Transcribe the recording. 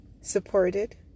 supported